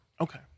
Okay